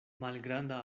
malgranda